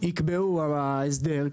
יקבעו הסדר,